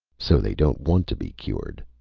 so they don't want to be cured!